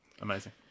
amazing